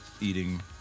eating